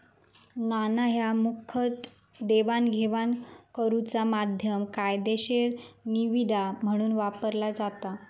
नाणा ह्या मुखतः देवाणघेवाण करुचा माध्यम, कायदेशीर निविदा म्हणून वापरला जाता